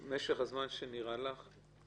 מה משך הזמן שנראה לך?